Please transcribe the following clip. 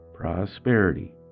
Prosperity